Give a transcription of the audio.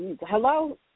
hello